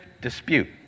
dispute